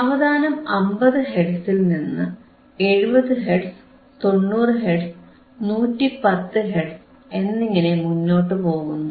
സാവധാനം 50 ഹെർട്സിൽനിന്ന് 70 hertz 90 hertz 110 hertz എന്നിങ്ങനെ മുന്നോട്ടു പോകുന്നു